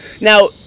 Now